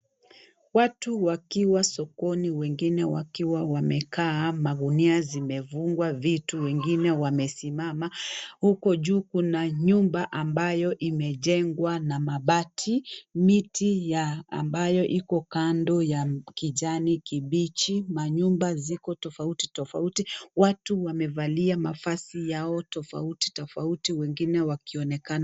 Watu wakiwa sokoni wengine wakiwa wamekaa, magunia zimefungwa vitu, wengine wamesimama, huko juu kuna nyumba ambayo imejengwa na mabati, miti ambayo iko kando ya kijani kibichi, manyumba ziko tofauti tofauti watu wamevalia mavazi yao tofauti tofauti wengine wakionekana.